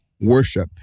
Worship